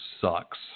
sucks